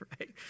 right